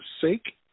Sake